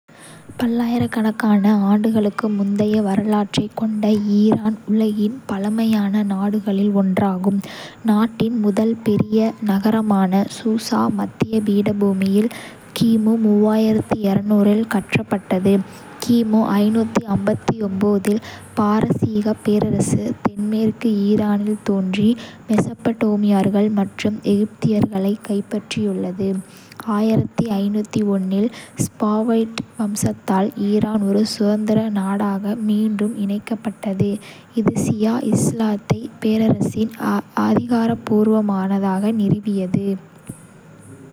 பல்லாயிரக்கணக்கான ஆண்டுகளுக்கு முந்தைய வரலாற்றைக் கொண்ட ஈரான் உலகின் பழமையான நாடுகளில் ஒன்றாகும். நாட்டின் முதல் பெரிய நகரமான சூசா, மத்திய பீடபூமியில் கிமு இல் கட்டப்பட்டது. கிமு 559 இல், பாரசீகப் பேரரசு தென்மேற்கு ஈரானில் தோன்றி மெசபடோமியர்கள் மற்றும் எகிப்தியர்களைக் கைப்பற்றியது. இல் சஃபாவிட் வம்சத்தால் ஈரான் ஒரு சுதந்திர நாடாக மீண்டும் இணைக்கப்பட்டது, இது ஷியா இஸ்லாத்தை பேரரசின் அதிகாரப்பூர்வ மதமாக நிறுவியது